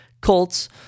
Colts